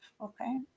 okay